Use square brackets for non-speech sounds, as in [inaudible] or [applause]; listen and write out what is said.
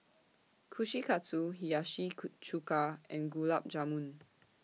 Kushikatsu Hiyashi [unintelligible] Chuka and Gulab Jamun